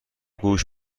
گوش